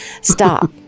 Stop